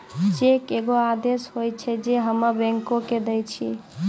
cheque एगो आदेश होय छै जे हम्मे बैंको के दै छिये